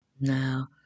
Now